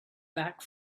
back